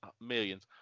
millions